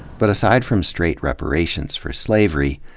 but aside from straight reparations for slavery,